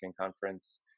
Conference